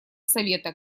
совета